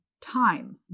time